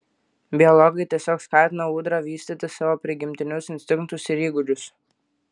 biologai tiesiog skatina ūdra vystyti savo prigimtinius instinktus ir įgūdžius